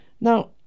Now